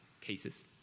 cases